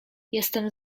jestem